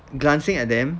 glancing at them